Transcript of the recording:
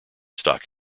stock